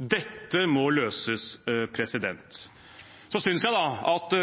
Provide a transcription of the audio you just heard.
Dette må løses. Jeg synes